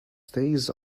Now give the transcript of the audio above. stays